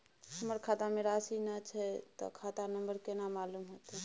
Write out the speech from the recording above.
हमरा खाता में राशि ने छै ते खाता नंबर केना मालूम होते?